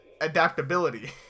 adaptability